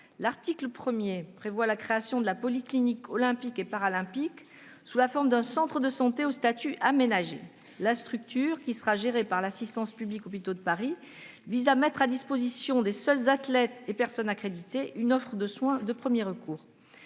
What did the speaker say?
L'article 1 prévoit la création de la polyclinique olympique et paralympique, sous la forme d'un centre de santé au statut aménagé. La structure, qui sera gérée par l'Assistance publique-Hôpitaux de Paris, vise à mettre à la disposition des seuls athlètes et personnes accréditées une offre de soins de premier recours.